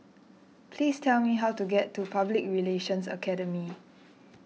please tell me how to get to Public Relations Academy